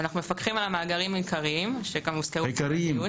אנחנו מפקחים על המאגרים העיקריים שהוזכרו פה בדיון --- "העיקריים"?